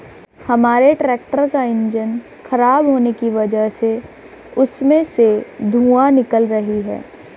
हमारे ट्रैक्टर का इंजन खराब होने की वजह से उसमें से धुआँ निकल रही है